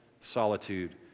solitude